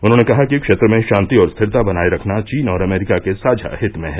उन्होंने कहा कि क्षेत्र में शांति और स्थिरता बनाए रखना चीन और अमरीका के साझा हित में है